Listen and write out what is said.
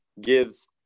gives